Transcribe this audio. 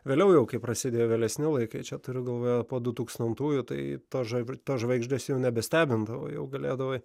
vėliau jau kai prasidėjo vėlesni laikai čia turiu galvoje po du tūkstant ųjų tai tos žvaig žvaigždės jau nebestebindavo jau galėdavai